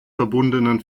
verbundenen